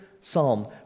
psalm